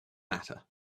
matter